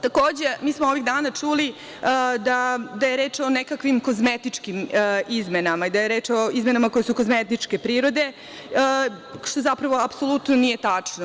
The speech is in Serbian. Takođe, mi smo ovih dana čuli da je reč o nekakvim kozmetičkim izmenama i da je reč o izmenama koje su kozmetičke prirode, što zapravo apsolutno nije tačno.